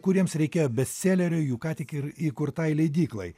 kuriems reikėjo bestselerio jų ką tik ir įkurtai leidyklai